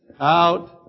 out